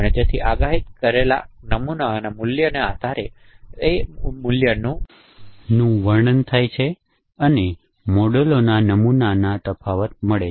તેથી તે આગાહી કરેલા નમૂનાના મૂલ્યોનો આધારે એ મૂલ્યનું વર્ણન થાય છે અને મોડેલોના નમૂનાના તફાવત મળે છે